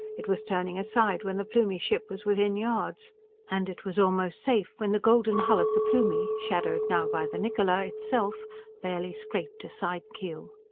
it was turning aside when the plumie ship was within yards and it was almost safe when the golden hull of the plumie shadowed now by the niccola itself barely scraped a side-keel.